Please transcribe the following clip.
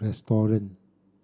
restaurant